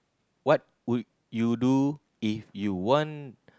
what would you do if you want